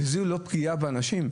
זאת לא פגיעה באנשים?